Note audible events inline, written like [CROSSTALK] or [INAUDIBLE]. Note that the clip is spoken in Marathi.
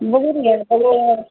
बघून घ्या [UNINTELLIGIBLE]